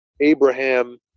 Abraham